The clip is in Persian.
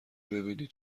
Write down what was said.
ببینی